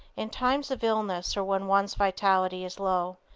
in time of illness or when one's vitality is low,